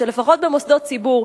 שלפחות במוסדות ציבור,